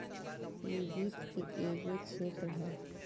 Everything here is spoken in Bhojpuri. इ वित्त के एगो क्षेत्र ह